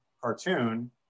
cartoon